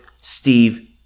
Steve